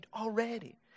already